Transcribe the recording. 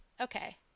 Okay